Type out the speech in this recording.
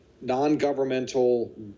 non-governmental